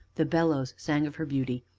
the bellows sang of her beauty,